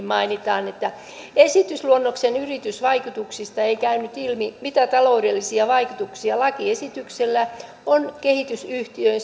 mainitaan esitysluonnoksen yritysvaikutuksista ei käynyt ilmi mitä taloudellisia vaikutuksia lakiesityksellä on kehitysyhtiöön